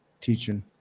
teaching